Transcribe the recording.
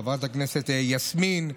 חברת הכנסת יסמין,